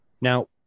Now